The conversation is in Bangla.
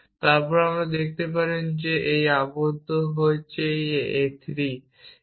তারপর আপনি দেখতে পারেন যে এই আবদ্ধ এই 3